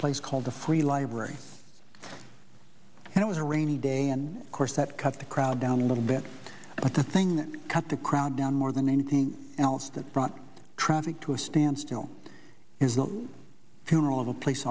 place called the free library and it was a rainy day and course that cut the crowd down a little bit but the thing that cut the crowd down more than anything else that brought traffic to a standstill is the funeral of a police